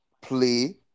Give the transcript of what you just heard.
play